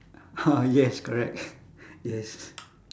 ah yes correct yes